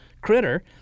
critter